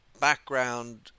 background